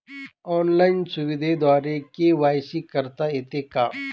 Online सुविधेद्वारे KYC करता येते का?